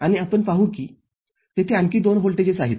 आणि आपण पाहू कि तेथे आणखी दोन व्होल्टेजेस आहेत